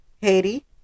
Haiti